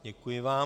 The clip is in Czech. Děkuji vám.